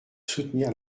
soutenir